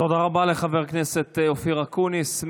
תודה רבה לחבר הכנסת אופיר אקוניס.